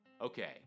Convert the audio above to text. Okay